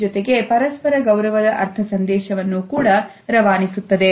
ಜೊತೆಗೆ ಪರಸ್ಪರ ಗೌರವದ ಅರ್ಥ ಸಂದೇಶವನ್ನು ಕೂಡ ರವಾನಿಸುತ್ತದೆ